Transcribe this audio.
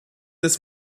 des